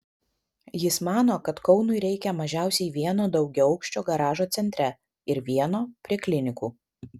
jis mano kad kaunui reikia mažiausiai vieno daugiaaukščio garažo centre ir vieno prie klinikų